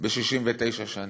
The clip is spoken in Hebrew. ב-69 שנים,